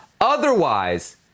otherwise